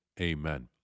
Amen